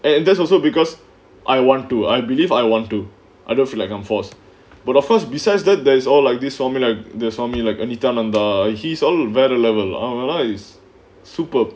and that's also because I want to I believe I wanted to I don't feel like I'm force but of course besides that there's all like this swami like the swami like nithyanantha he's all வேற:vera level அவெல்லாம்:avellaam is sup~